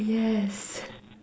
yes